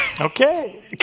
Okay